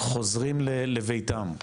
שחוזרים לביתם.